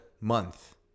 month